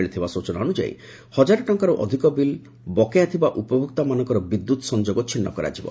ମିଳିଥିବା ସୂଚନା ଅନୁଯାୟୀ ହକାରେ ଟଙ୍କାରୁ ଅଧିକ ବିଲ୍ ବକେୟା ଥିବା ଉପଭୋକ୍ତାମାନଙ୍କର ବିଦ୍ୟୁତ୍ ସଂଯୋଗ ଛିନ୍ନ କରାଯିବ